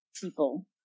people